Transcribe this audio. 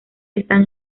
están